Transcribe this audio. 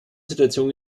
situation